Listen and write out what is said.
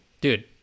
dude